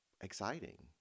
exciting